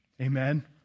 Amen